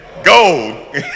Gold